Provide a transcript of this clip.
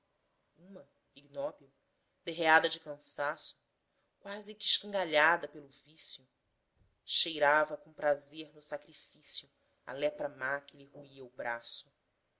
ignóbil derreada de cansaço quase que escangalhada pelo vício cheirava com prazer no sacrifício a lepra má que lhe roía o braço